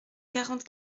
quarante